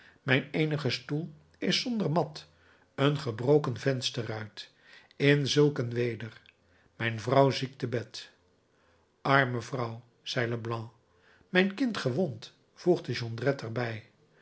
mijn eenige stoel is zonder mat een gebroken vensterruit in zulk een weder mijn vrouw ziek te bed arme vrouw zei leblanc mijn kind gewond voegde jondrette er